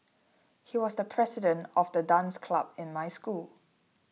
he was the president of the dance club in my school